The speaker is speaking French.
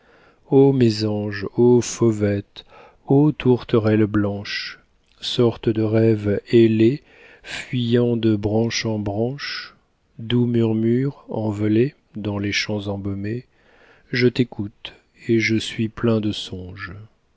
ô mésange ô fauvette ô tourterelle blanche sorte de rêve ailé fuyant de branche en branche doux murmure envolé dans les champs embaumés je t'écoute et je suis plein de songes